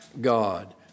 God